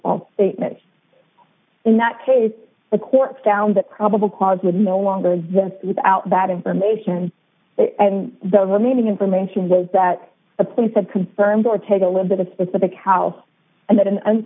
false statement in that case the court found that probable cause would no longer exist without bad information the remaining information was that the police had confirmed or take a little bit of specific house and that an